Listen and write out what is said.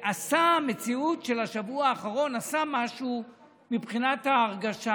המציאות של השבוע האחרון עשתה משהו מבחינת ההרגשה.